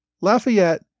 Lafayette